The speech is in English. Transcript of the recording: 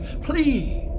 please